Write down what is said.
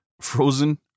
frozen